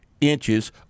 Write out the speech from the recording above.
inches